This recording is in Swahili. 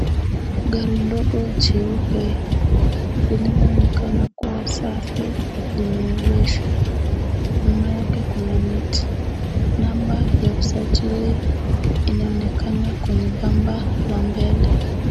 Gari ndogo jeupe linaloonekana kuwa safi limeegeshwa. Nyuma yake kuna miti. Namba ya usajili imeonekana kwenye bumper la mbele.